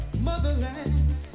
Motherland